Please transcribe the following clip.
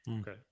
Okay